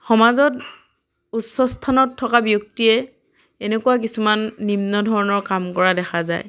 সমাজত উচ্চ স্থানত থকা ব্যক্তিয়ে এনেকুৱা কিছুমান নিম্ন ধৰণৰ কাম কৰা দেখা যায়